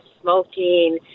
smoking